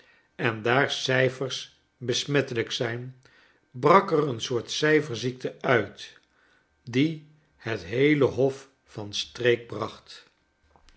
en daar cijfers besmettelijk zijn brak er een soort cijferziekte uit die het heele hof van streek bracht